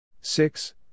Six